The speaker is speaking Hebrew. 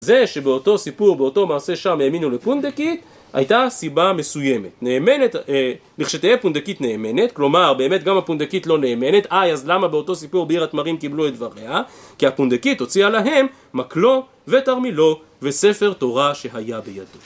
זה שבאותו סיפור, באותו מעשה שם, האמינו לפונדקית, הייתה סיבה מסוימת. נאמנת, לכשתהא פונדקית נאמנת, כלומר, באמת גם הפונדקית לא נאמנת, אי, אז למה באותו סיפור בעיר התמרים קיבלו את דבריה? כי הפונדקית הוציאה להם מקלו ותרמילו וספר תורה שהיה בידו.